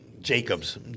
Jacobs